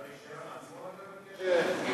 ברישיון עצמו אתה מבקש?